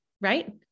right